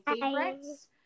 favorites